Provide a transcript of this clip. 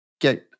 get